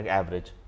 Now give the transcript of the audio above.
average